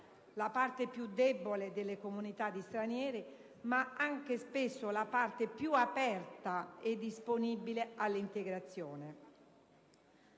la parte più debole delle comunità di stranieri ma anche, spesso la parte più aperta e disponibile all'integrazione.